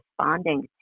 responding